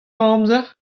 amzer